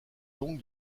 donc